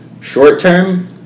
short-term